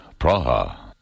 Praha